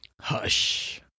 hush